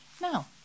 Now